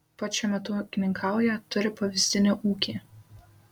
pats šiuo metu ūkininkauja turi pavyzdinį ūkį